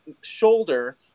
shoulder